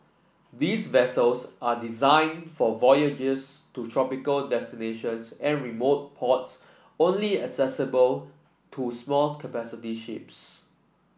these vessels are designed for voyages to tropical destinations and remote ports only accessible to small capacity ships